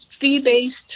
fee-based